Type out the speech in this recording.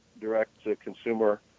direct-to-consumer